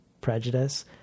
prejudice